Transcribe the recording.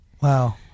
Wow